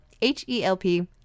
H-E-L-P